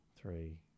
Three